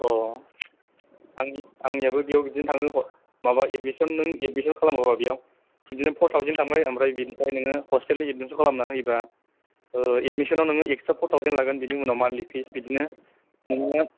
औ आं आंनियाबो बियाव बिदिनो थाङो मा माबा एदमिसन नों एदमिसन खालामोबा बियाव बिदिनो फर टाउजेन थांबाय ओमफ्राय बिनिफ्राय नोङो हस्टेल एदमिसन खालामना होयोबा ओ एदमिसनाव नोङो एकस्ट्रा फर टाउजेन लागोन बिनि उनाव मान्थलि फिस बिदिनो नोङो